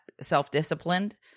self-disciplined